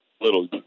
Little